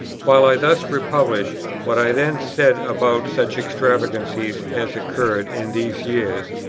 while i thus republish what i then said about such extravagances as occurred in these years,